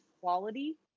quality